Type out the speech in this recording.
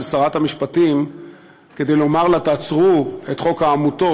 שרת המשפטים כדי לומר לה: תעצרו את חוק העמותות,